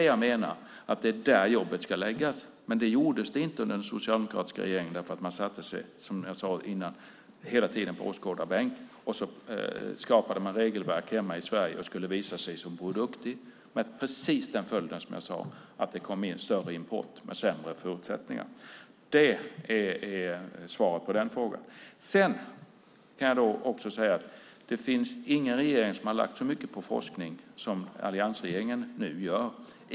Jag menar att det är där jobbet ska läggas, men det gjordes inte under den socialdemokratiska regeringen. Man satte sig, som jag sade innan, hela tiden på åskådarbänken. Och så skapade man regelverk hemma i Sverige och skulle visa sig som Bror Duktig. Det fick precis den följd som jag sade. Det kom in större import med sämre förutsättningar. Det är svaret på den frågan. Sedan kan jag säga att det inte finns någon regering som har lagt så mycket på forskning som alliansregeringen nu gör.